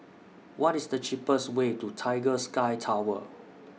What IS The cheapest Way to Tiger Sky Tower